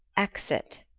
exit